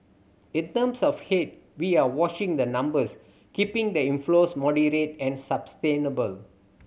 in terms of head we are watching the numbers keeping the inflows moderate and sustainable